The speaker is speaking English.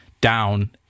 down